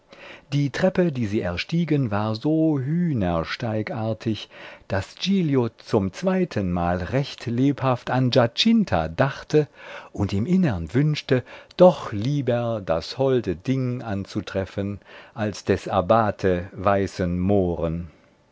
die treppe die sie erstiegen war so hühnersteigartig daß giglio zum zweitenmal recht lebhaft an giacinta dachte und im innern wünschte doch lieber das holde ding anzutreffen als des abbate weißen mohren